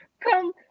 come